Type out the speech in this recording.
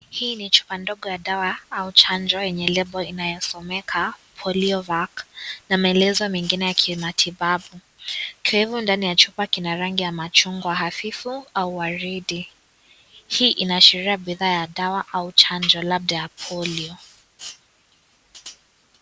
Hii ni chupa ndogo ya dawa au chanjo yenye lebo inayosomeka polio vacc na maelezo mengine ya kimatibabu. Ndani ya chupa kuna rangi ya machungwa hafifu au waridi. Hii inaashiria bidhaa ya dawa au chanjo labda ya polio.